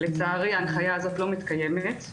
לצערי ההנחיה הזאת לא מתקיימת.